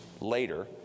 later